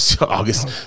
August